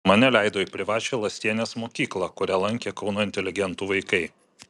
mane leido į privačią lastienės mokyklą kurią lankė kauno inteligentų vaikai